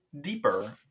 deeper